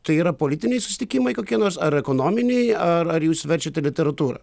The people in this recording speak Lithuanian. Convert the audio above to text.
tai yra politiniai susitikimai kokie nors ar ekonominiai ar ar jūs verčiate literatūrą